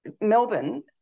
Melbourne